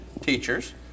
teachers